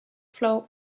flow